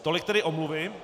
Tolik tedy omluvy.